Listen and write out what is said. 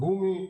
הגומי.